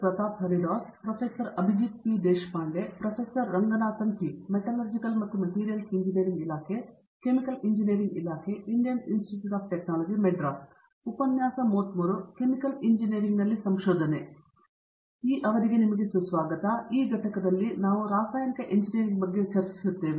Pratap Haridas hello ಈ ಘಟಕದಲ್ಲಿ ನಾವು ರಾಸಾಯನಿಕ ಎಂಜಿನಿಯರಿಂಗ್ ಬಗ್ಗೆ ಚರ್ಚಿಸುತ್ತೇವೆ